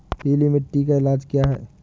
पीली मिट्टी का इलाज क्या है?